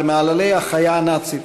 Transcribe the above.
על מעללי החיה הנאצית,